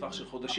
בטווח של חודשים?